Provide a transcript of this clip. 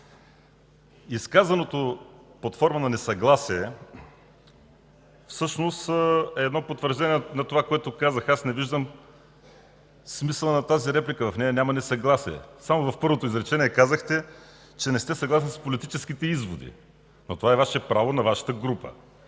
изказаното под форма на несъгласие всъщност е потвърждение на това, което казах. Не виждам смисъла на тази реплика. В нея няма несъгласие. Само в първото изречение казахте, че не сте съгласен с политическите изводи. Но това е Ваше право, на Вашата група.